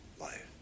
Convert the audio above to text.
life